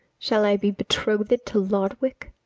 shall i be betroth'd to lodowick?